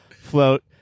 float